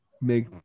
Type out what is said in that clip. make